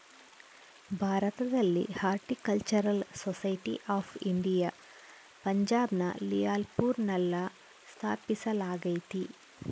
ಭಾರತದಲ್ಲಿ horticultural society of India ಪಂಜಾಬ್ನ ಲಿಯಾಲ್ಪುರ್ನಲ್ಲ ಸ್ಥಾಪಿಸಲಾಗ್ಯತೆ